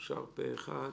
הצבעה בעד הסעיפים פה-אחד